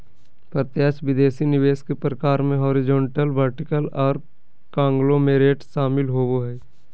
प्रत्यक्ष विदेशी निवेश के प्रकार मे हॉरिजॉन्टल, वर्टिकल आर कांगलोमोरेट शामिल होबो हय